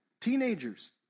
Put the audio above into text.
Teenagers